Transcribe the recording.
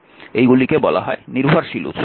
এইগুলিকে বলা হয় নির্ভরশীল উৎস